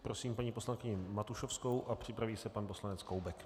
Prosím paní poslankyni Matušovskou, připraví se pan poslanec Koubek.